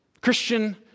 Christian